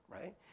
right